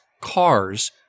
cars